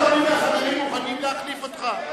יש, רבים מהחברים מוכנים להחליף אותך.